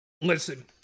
Listen